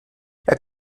herr